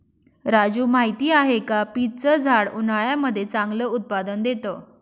राजू माहिती आहे का? पीच च झाड उन्हाळ्यामध्ये चांगलं उत्पादन देत